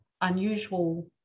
unusual